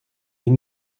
die